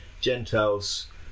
Gentiles